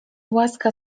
łaska